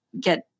get